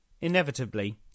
Inevitably